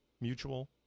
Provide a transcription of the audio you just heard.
Mutual